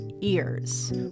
ears